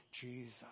Jesus